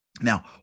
Now